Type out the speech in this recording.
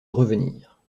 revenir